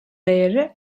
değeri